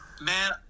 man